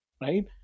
right